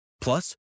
plus